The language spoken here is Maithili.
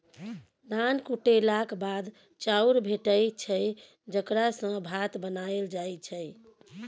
धान कुटेलाक बाद चाउर भेटै छै जकरा सँ भात बनाएल जाइ छै